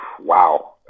Wow